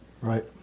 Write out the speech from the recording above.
Right